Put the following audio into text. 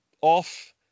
off